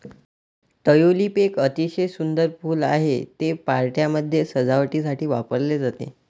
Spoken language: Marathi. ट्यूलिप एक अतिशय सुंदर फूल आहे, ते पार्ट्यांमध्ये सजावटीसाठी वापरले जाते